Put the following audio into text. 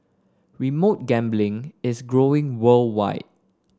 remote gambling is growing worldwide